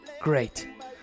Great